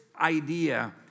idea